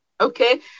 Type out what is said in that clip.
Okay